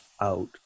out